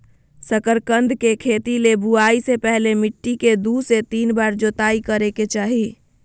शकरकंद के खेती ले बुआई से पहले मिट्टी के दू से तीन बार जोताई करय के चाही